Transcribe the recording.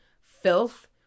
filth